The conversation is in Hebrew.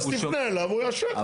אז תפנה אליו, הוא יאשר לך.